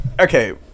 okay